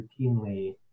routinely